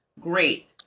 Great